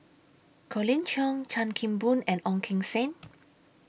Colin Cheong Chan Kim Boon and Ong Keng Sen